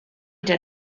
did